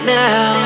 now